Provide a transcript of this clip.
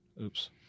Oops